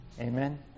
Amen